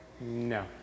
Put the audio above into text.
No